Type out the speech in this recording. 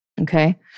Okay